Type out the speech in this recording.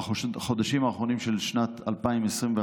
בחודשים האחרונים של שנת 2021,